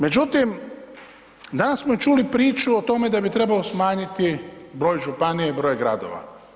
Međutim, danas smo i čuli i priču o tome da bi trebalo smanjiti broj županija i broj gradova.